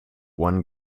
one